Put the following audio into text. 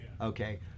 okay